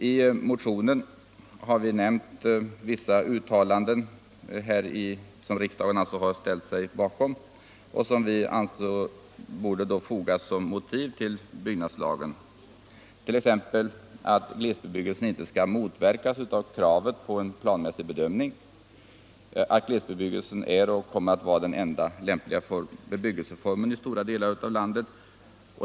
I motionen har vi nämnt vissa uttalanden som riksdagen ställt sig bakom och som vi anser bör fogas som motiv till byggnadslagen, t.ex. att glesbebyggelsen inte skall motverkas av kravet på en planmässig bedömning, att glesbebyggelse är och kommer att vara den enda lämpliga bebyggelseformen i stora delar av landet.